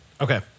Okay